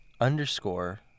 underscore